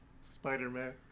Spider-Man